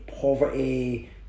poverty